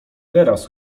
teraz